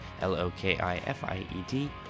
L-O-K-I-F-I-E-D